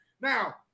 Now